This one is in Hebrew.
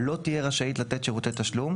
לא תהיה רשאית לתת שירותי תשלום,